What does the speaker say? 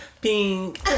Pink